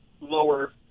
lower